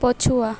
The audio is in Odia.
ପଛୁଆ